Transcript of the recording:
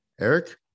eric